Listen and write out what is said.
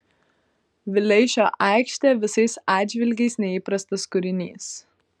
vileišio aikštė visais atžvilgiais neįprastas kūrinys